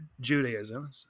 Judaism